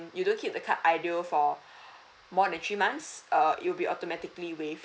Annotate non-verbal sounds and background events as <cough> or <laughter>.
you don't keep the card idle for <breath> more than three months err it will be automatically waived